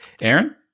Aaron